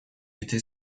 était